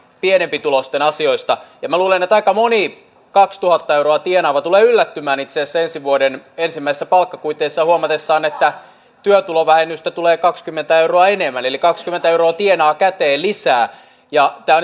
pienempituloisen asioista minä luulen että aika moni kaksituhatta euroa tienaava tulee yllättymään itse asiassa huomatessaan ensi vuoden ensimmäisistä palkkakuiteistaan että työtulovähennystä tulee kaksikymmentä euroa enemmän eli kaksikymmentä euroa tienaa käteen lisää tämä